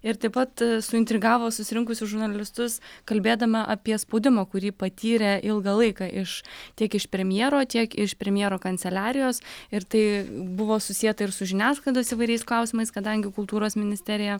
ir taip pat suintrigavo susirinkusius žurnalistus kalbėdama apie spaudimą kurį patyrė ilgą laiką iš tiek iš premjero tiek iš premjero kanceliarijos ir tai buvo susieta ir su žiniasklaidos įvairiais klausimais kadangi kultūros ministerija